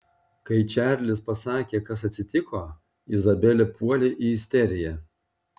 kai čarlis pasakė kas atsitiko izabelė puolė į isteriją